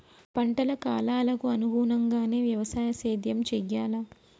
పంటల కాలాలకు అనుగుణంగానే వ్యవసాయ సేద్యం చెయ్యాలా?